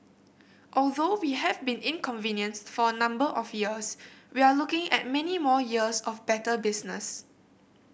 although we have been inconvenienced for a number of years we are looking at many more years of better business